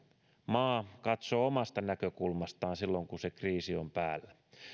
maa katsoo omasta näkökulmastaan silloin kun se kriisi on päällä